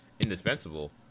indispensable